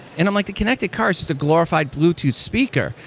and i'm like, the connected car is the glorified bluetooth speaker.